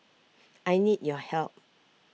I need your help